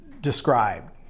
described